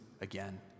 again